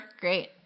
great